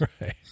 right